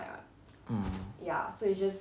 mm